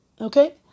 Okay